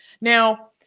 Now